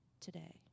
today